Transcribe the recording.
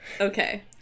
Okay